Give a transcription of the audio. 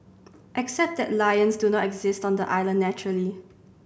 except that lions do not exist on the island naturally